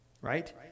right